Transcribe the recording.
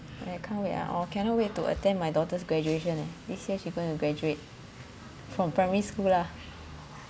I can't wait ah or cannot wait to attend my daughter's graduation eh this year she going to graduate from primary school lah